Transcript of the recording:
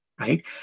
right